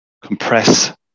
compress